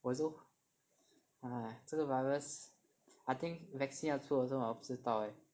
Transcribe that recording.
我也是 lor !hais! 这个 virus I think vaccine 要出了是吗我不知道 leh